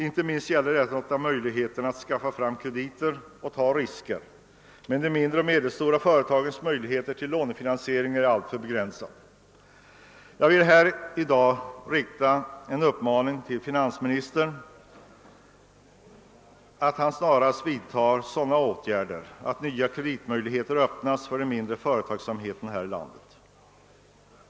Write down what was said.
Inte minst gäller detta förutsättningarna att skaffa fram krediter och ta risker. De mindre och medelstora företagens möjligheter att lånefinansiera investeringar är alltför begränsade. Jag vill rikta en uppmaning till finansministern att snarast vidta sådana åtgärder, att nya kreditmöjligheter öppnas för den mindre företagsamheten här i landet.